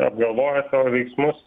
apgalvojo savo veiksmus